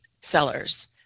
sellers